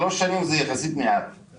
שלוש שנים זה מעט יחסית.